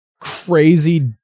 crazy